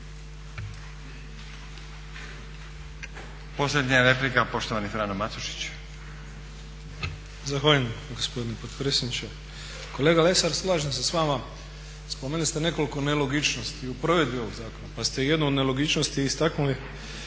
Posljednja replika poštovani Frano Matušić.